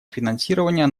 финансирования